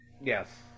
Yes